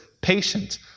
patient